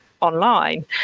online